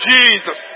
Jesus